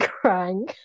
crying